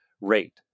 rate